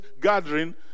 gathering